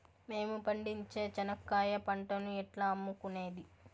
మేము పండించే చెనక్కాయ పంటను ఎట్లా అమ్ముకునేది?